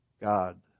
God